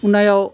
उनायाव